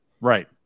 Right